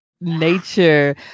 nature